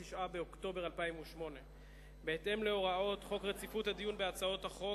29 באוקטובר 2008. בהתאם להוראות חוק רציפות הדיון בהצעות חוק,